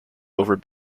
over